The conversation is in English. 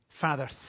Father